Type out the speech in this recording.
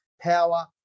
power